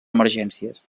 emergències